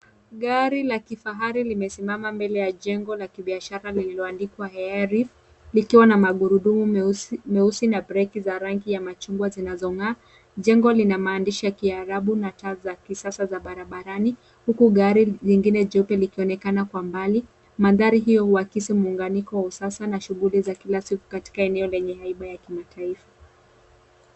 Gari la kifahari limesimama mbele ya jengo la kibiashara lililoandikwa ai reef likiwa na magurudumu meusi na breki za rangi ya machungwa zinazong'aa. Jengo lina maandishi ya kiarabu na taa za kisasa za barabarani, huku gari lingine jeupe likionekana kwa mbali. Magari hiyo huakisi muunganyiko wa usasa na shughuli katika eneo lenye haiba ya kimataifa.